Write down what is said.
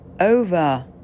over